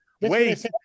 wait